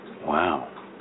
Wow